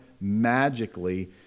magically